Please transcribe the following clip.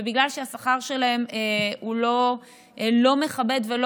ובגלל שהשכר שלהם הוא לא מכבד ולא